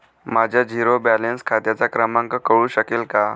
माझ्या zero balance खात्याचा क्रमांक कळू शकेल का?